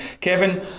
Kevin